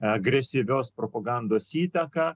agresyvios propagandos įtaką